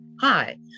Hi